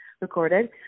recorded